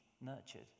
nurtured